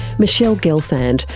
michele gelfand,